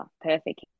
Perfect